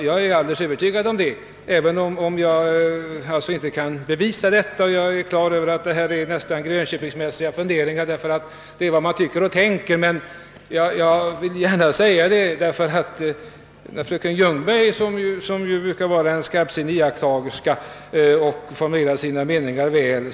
Jag är alldeles övertygad om det, även om jag inte kan bevisa det. Jag är på det klara med att dessa funderingar är litet grönköpingsmässiga; det är ju bara vad man tycker. Men jag vill ändå ha anfört detta, sedan jag hört fröken Ljungberg. Hon brukar ju annars vara en skarpsinnig iakttagerska som formulerar meningarna väl.